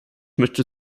möchte